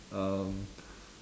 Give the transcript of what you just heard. um